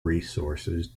resources